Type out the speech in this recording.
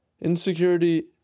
Insecurity